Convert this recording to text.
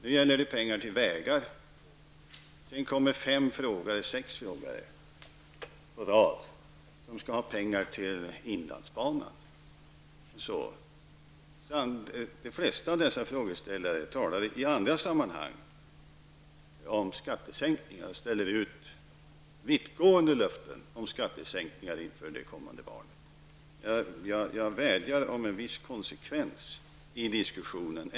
Nu gäller det pengar till vägar. Sedan kommer sex frågeställare i rad som vill ha pengar till inlandsbanan. De flesta av dessa frågeställare talar i andra sammanhang om skattesänkningar och ställer ut vittgående löften om skattesänkningar inför det kommande valet. Jag vädjar om en viss konsekvens i diskussionen.